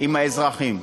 עם האזרחים.